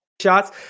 shots